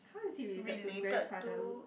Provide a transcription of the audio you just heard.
how is it related to grandfather